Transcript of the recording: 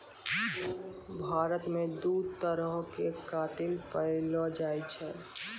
भारत मे दु तरहो के कातिल पैएलो जाय छै